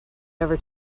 ever